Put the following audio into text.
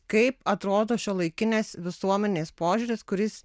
kaip atrodo šiuolaikinės visuomenės požiūris kuris